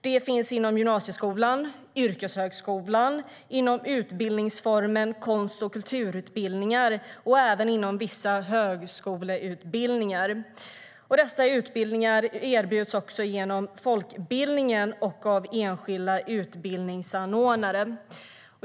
De finns inom gymnasieskolan och yrkeshögskolan, inom utbildningsformen konst och kulturutbildningar och även inom vissa högskoleutbildningar. Dessa utbildningar erbjuds också inom folkbildningen och av enskilda utbildningsanordnare.